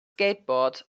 skateboard